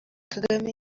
kagame